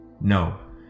No